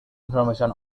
information